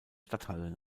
stadthalle